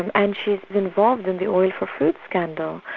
and and she's involved in the oil for food scandal.